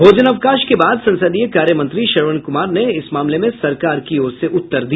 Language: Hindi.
भोजनावकाश के बाद संसदीय कार्य मंत्री श्रवण कुमार ने इस मामले में सरकार की ओर से उत्तर दिया